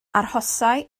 arhosai